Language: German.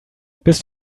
bist